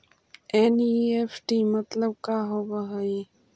NEFT मतलब का होब हई?